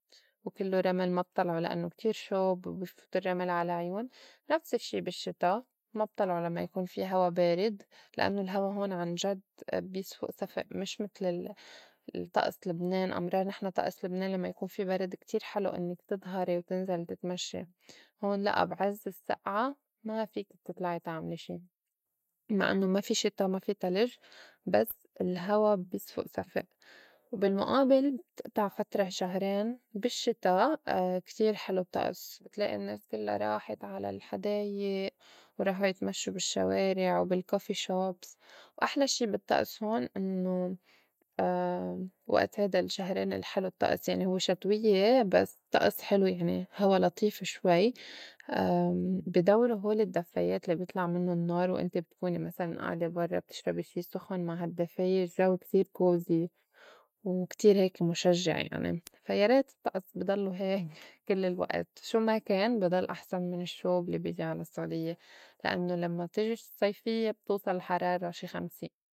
وكلّو رمل ما بطلعو لإنّو كتير شوب وبي فوت الرّمل على عيون، نفس الشّي بالشّتا ما بطلعو لمّا يكون في هوا بارد لإنّو الهوا هون عنجد بيسفُئ سفئ مش متل ال- الطّئس لبنان. أمرار نحن طئس لبنان لمّا يكون في برد كتير حلو إنّك تضهري وتنزلي تتمشّي، هون لأ بعز السّئعة ما فيكي تطلعي تعملي شي مع إنّو ما في شِتا ما في تلج بس الهوا بيسفُئ سفئ، وبالمُئابل بتئطع فترى شهرين بالشّتا كتير حلو الطّئس، بتلائي النّاس كلّا راحت على الحدايئ وراحو يتمشّو بالشّوارع وبال coffee shops. وأحلى شي بالطّئس هون إنّو وئت هيدا الشّهرين الحلو الطّئس يعني هوّ شتويّة بس الطّئس حلو يعني هوا لطيف شوي، بدورو هول الدّفايات لي بيطلع منُّن النار وأنت بتكوني مسلاً آعدة برّا بتشربي شي سُخُن مع هالدفّاية الجو بي صير cozy وكتير هيك مُشجّع يعني. فا يا ريت الطّئس بيضلّو هيك كل الوقت شو ما كان بي ضل أحسن من الشّوب لبيجي على السعوديّة، لأنّه لمّا بتجي الصيفيّة بتوصل الحرارة شي خمسين.